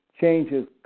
changes